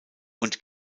und